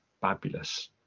fabulous